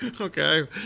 Okay